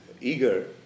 eager